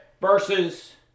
versus